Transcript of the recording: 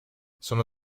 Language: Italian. sono